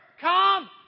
come